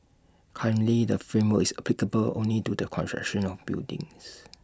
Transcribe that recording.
currently the framework is applicable only to the construction of buildings